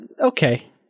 Okay